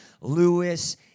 Lewis